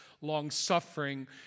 long-suffering